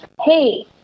hey